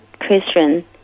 Christian